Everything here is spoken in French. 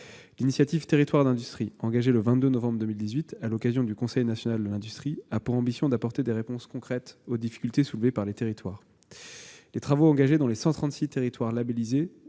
L'initiative « Territoires d'industrie », engagée le 22 novembre 2018 à l'occasion du Conseil national de l'industrie, a pour ambition d'apporter des réponses concrètes aux difficultés rencontrées par les territoires. Les travaux engagés dans les 136 territoires labellisés